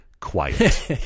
quiet